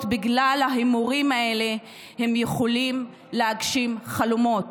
שעם ההימורים האלה הן יכולות להגשים חלומות.